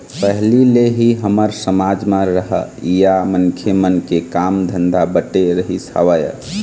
पहिली ले ही हमर समाज म रहइया मनखे मन के काम धंधा बटे रहिस हवय